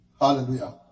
Hallelujah